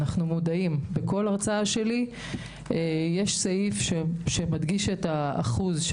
בכל הרצאה שלי יש סעיף שמדגיש את האחוז,